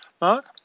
Mark